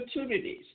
opportunities